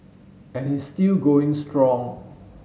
and he is still going strong